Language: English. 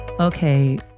Okay